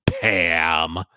Pam